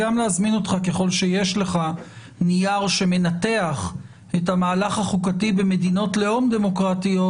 ככל שיש לך נייר שמנתח את המהלך החוקתי במדינות לאום דמוקרטיות,